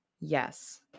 yes